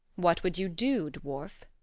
what would you do, dwarf?